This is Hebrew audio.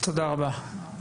תודה רבה.